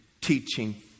teaching